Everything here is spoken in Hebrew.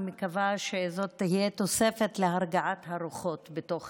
אני מקווה שזאת תהיה תוספת להרגעת הרוחות בתוך